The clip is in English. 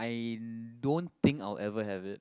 I don't think I'll ever have it